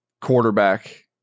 quarterback